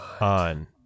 on